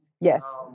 Yes